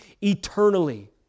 eternally